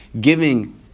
giving